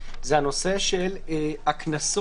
זה הנושא של הקנסות